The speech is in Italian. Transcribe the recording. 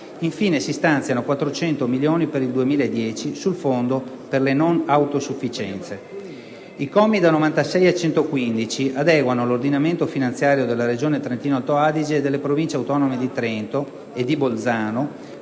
Infine, si stanziano 400 milioni per l'anno 2010 sul fondo per le non autosufficienze. I commi da 96 a 115 adeguano l'ordinamento finanziario della Regione Trentino-Alto Adige e delle Province autonome di Trento e di Bolzano